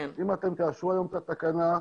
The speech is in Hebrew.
אם אתם תאשרו היום את התקנה,